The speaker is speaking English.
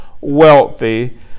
wealthy